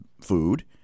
food